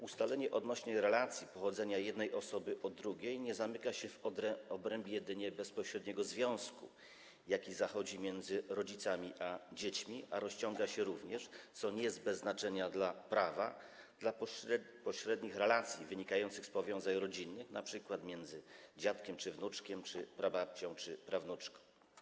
Ustalenie relacji pochodzenia jednej osoby od drugiej nie zamyka się jedynie w obrębie bezpośredniego związku, jaki zachodzi między rodzicami a dziećmi, a rozciąga się również, co nie jest bez znaczenia dla prawa, na pośrednie relacje wynikające z powiązań rodzinnych, np. między dziadkiem i wnuczkiem czy prababcią i prawnuczką.